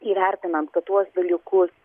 įvertinant kad tuos dalykus